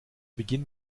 beginn